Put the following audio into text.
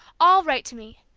all write to me!